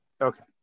Okay